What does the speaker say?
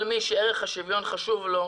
כל מי שערך השוויון חשוב לו,